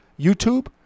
YouTube